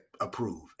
approve